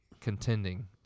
contending